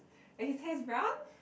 and he hair is brown